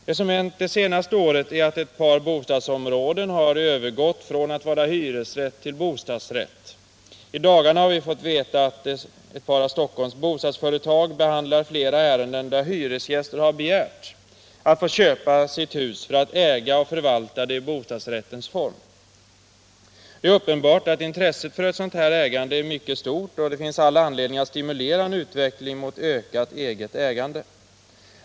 Det som hänt det senaste året är att ett par bostadsområden har övergått från hyresrätt till bostadsrätt. I dagarna har vi fått veta att ett par av Stockholms bostadsföretag behandlar flera ärenden där hyresgäster har begärt att få köpa sitt hus för att äga och förvalta det i bostadsrättens form. Uppenbart är att intresset för ett sådant ägande är mycket stort och att det finns all anledning att stimulera en utveckling mot ökat eget ägande.